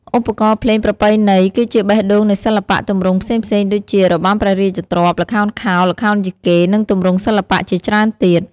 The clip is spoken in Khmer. ឧបករណ៍ភ្លេងប្រពៃណីគឺជាបេះដូងនៃសិល្បៈទម្រង់ផ្សេងៗដូចជា របាំព្រះរាជទ្រព្យ ល្ខោនខោល ល្ខោនយីកេ និងទម្រង់សិល្បៈជាច្រើនទៀត។